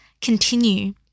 continue